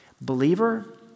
Believer